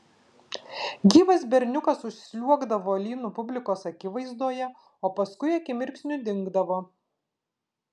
gyvas berniukas užsliuogdavo lynu publikos akivaizdoje o paskui akimirksniu dingdavo